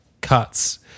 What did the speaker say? cuts